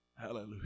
Hallelujah